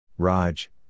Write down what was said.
Raj